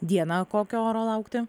dieną kokio oro laukti